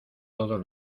todos